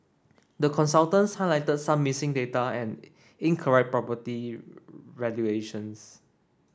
the consultants highlighted some missing data and incorrect property valuations